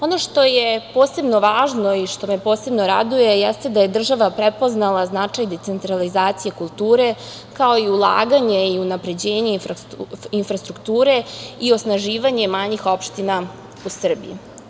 Ono što je posebno važno i što me posebno raduje jeste da je država prepoznala značaj decentralizacije kulture, kao i ulaganje i unapređenje infrastrukture i osnaživanje manjih opština u Srbiji.